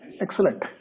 Excellent